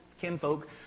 kinfolk